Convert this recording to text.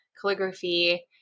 calligraphy